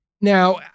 Now